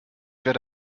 werde